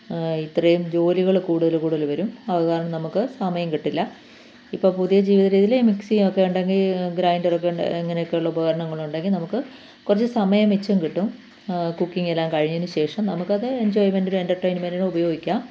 ഇത്രയും ജോലികൾ കൂടുതൽ കൂടുതൽ വരും അതു കാരണം നമുക്ക് സമയം കിട്ടില്ല ഇപ്പം പുതിയ ജീവിത രീതിയിൽ മിക്സിയൊക്കെ ഉണ്ടെങ്കിൽ ഗ്രൈൻ്റൊക്കെ ഉണ്ടെങ്കിൽ അങ്ങനെയൊക്കെ ഉള്ള ഉപകരണങ്ങളുണ്ടെങ്കിൽ നമുക്ക് കുറച്ചു സമയ മിച്ചവും കിട്ടും കുക്കിങ്ങെല്ലാം കഴിഞ്ഞതിനു ശേഷം നമുക്കത് എൻജോയ്മെൻഡിനും എൻ്റർടെയിമെൻറ്റിനും ഉപയോഗിക്കാം